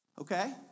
Okay